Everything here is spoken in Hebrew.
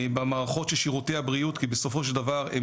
במערכות של שירותי הבריאות כי בסופו של דבר הם